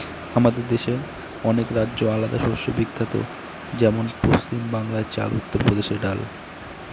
আমাদের দেশের অনেক রাজ্যে আলাদা শস্য বিখ্যাত যেমন পশ্চিম বাংলায় চাল, উত্তর প্রদেশে ডাল